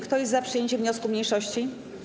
Kto jest za przyjęciem wniosku mniejszości?